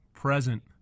present